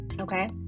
okay